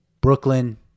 Brooklyn